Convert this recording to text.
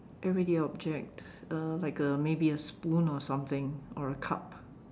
everyday object uh like a maybe a spoon or something or a cup